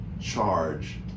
charge